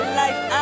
life